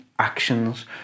actions